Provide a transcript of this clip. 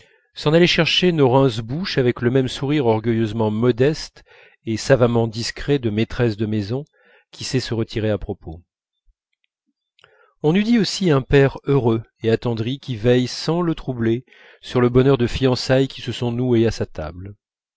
s'en allait chercher nos rince bouches avec le même sourire orgueilleusement modeste et savamment discret de maîtresse de maison qui sait se retirer à propos on eût dit aussi un père heureux et attendri qui veille sans le troubler sur le bonheur de fiançailles qui se sont nouées à sa table